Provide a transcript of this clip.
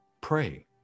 Pray